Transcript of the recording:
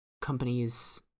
companies